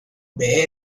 behe